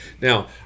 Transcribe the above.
Now